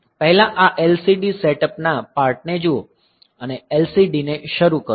પહેલા આ LCD setup ના પાર્ટ ને જુઓ અને LCD ને શરૂ કરો